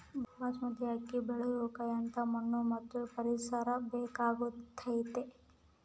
ಬಾಸ್ಮತಿ ಅಕ್ಕಿ ಬೆಳಿಯಕ ಎಂಥ ಮಣ್ಣು ಮತ್ತು ಪರಿಸರದ ಬೇಕಾಗುತೈತೆ?